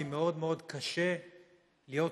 הוא מוצא את עצמו לבד כי מאוד קשה להיות